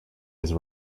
his